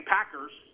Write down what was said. Packers